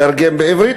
ואתרגם לעברית,